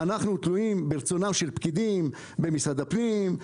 אנחנו תלויים ברצונם של פקידים במשרד הפנים,